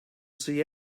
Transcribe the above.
see